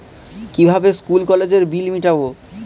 কিভাবে স্কুল কলেজের বিল মিটাব?